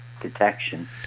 detection